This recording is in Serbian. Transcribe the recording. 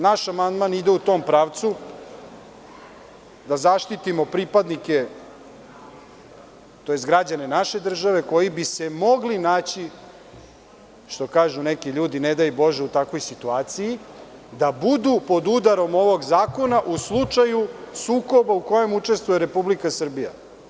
Naš amandman ide u pravcu da zaštitimo pripadnike, tj. građane naše države koji bi se mogli naći, što kažu neki ljudi, ne daj Bože u takvoj situaciji, da budu pod udarom ovog zakona u slučaju sukoba u kojem učestvuje Republika Srbija.